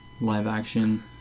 live-action